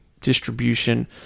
distribution